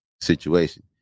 situation